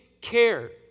care